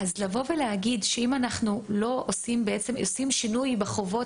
אז להגיד שאם אנחנו עושים שינוי בחובות